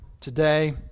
Today